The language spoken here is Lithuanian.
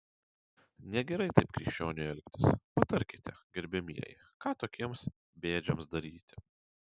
negerai taip krikščioniui elgtis patarkite gerbiamieji ką tokiems bėdžiams daryti